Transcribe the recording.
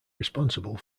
responsible